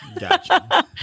Gotcha